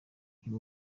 uyu